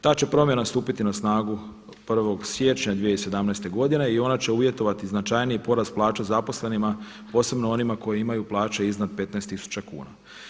Ta će promjena stupiti na snagu 1. siječnja 2017. godine i ona će uvjetovati značajniji porast plaća zaposlenima posebno onima koji imaju plaće iznad 15 tisuća kuna.